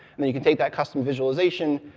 then, you can take that custom visualization,